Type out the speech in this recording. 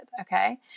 Okay